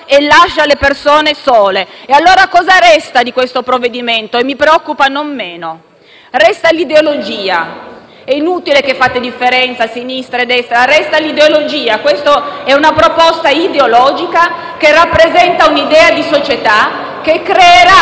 e lascia le persone sole. Allora cosa resta di questo provvedimento (e mi preoccupa non meno)? Resta l'ideologia. È inutile che fate la differenza tra sinistra e destra: resta l'ideologia. Questa è una proposta ideologica che rappresenta un'idea di società e creerà